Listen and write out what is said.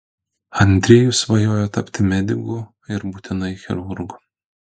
andrejus svajojo tapti mediku ir būtinai chirurgu